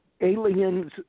aliens